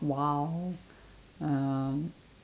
wild um